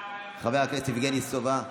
חבר הכנסת יבגני סובה,